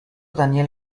daniel